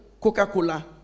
Coca-Cola